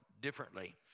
differently